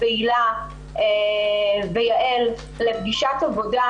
הילה ויעל לפגישת עבודה,